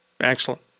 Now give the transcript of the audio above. Excellent